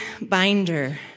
binder